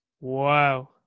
Wow